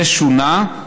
זה שונה.